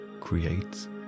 creates